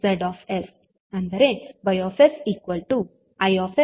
ಆದ್ದರಿಂದ Y1Z ಅಂದರೆ YIV